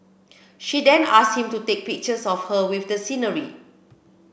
she then asked him to take pictures of her with the scenery